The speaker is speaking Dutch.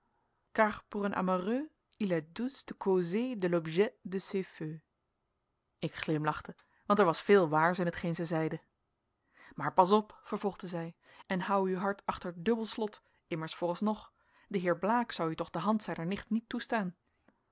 ik glimlachte want er was veel waars in hetgeen zij zeide maar pas op vervolgde zij en hou uw hart achter dubbel slot immers vooralsnog de heer blaek zou u toch de hand zijner nicht niet toestaan